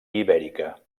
ibèrica